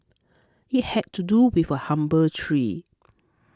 it had to do with a humble tree